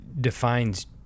defines